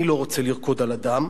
אני לא רוצה לרקוד על הדם,